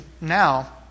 now